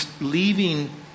leaving